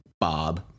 Bob